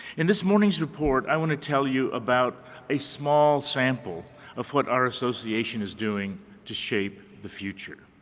in this morning's report, i want to tell you about a small sample of what our association is doing to shape the future.